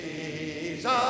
Jesus